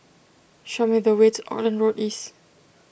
show me the way to Auckland Road East